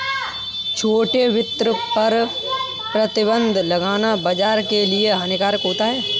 छोटे वित्त पर प्रतिबन्ध लगाना बाज़ार के लिए हानिकारक होता है